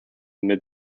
mid